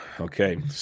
Okay